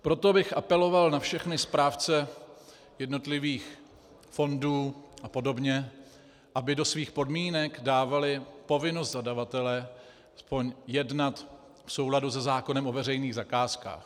Proto bych apeloval na všechny správce jednotlivých fondů apod., aby do svých podmínek dávali povinnost zadavatele aspoň jednat v souladu se zákonem o veřejných zakázkách.